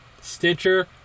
Stitcher